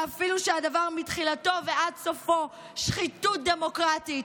ואפילו שהדבר מתחילתו ועד סופו שחיתות דמוקרטית,